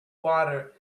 water